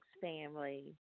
family